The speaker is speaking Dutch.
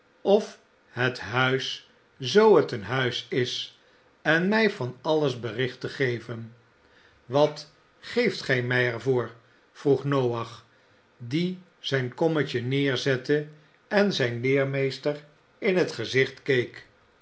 of het huis zoo het een huis is en mij van alles bericht te geven wat geeft gij mij er voor vroeg noach die zijn kommetje neerzette en zijn leermeester in het gezicht